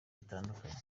bitandukanye